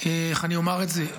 איך אני אומר את זה?